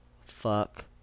Fuck